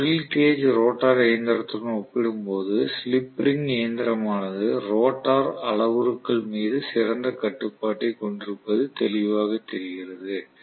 squirrel cage rotor இயந்திரத்துடன் ஒப்பிடும்போது slip ring இயந்திரமானது ரோட்டார் அளவுருக்கள் மீது சிறந்த கட்டுப்பாட்டைக் கொண்டிருப்பது தெளிவாக தெரிகிறது